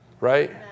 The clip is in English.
Right